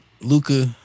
Luca